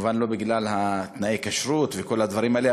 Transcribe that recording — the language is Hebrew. כמובן לא בגלל תנאי הכשרות וכל הדברים האלה,